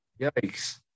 Yikes